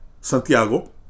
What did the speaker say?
Santiago